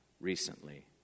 Recently